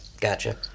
gotcha